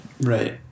Right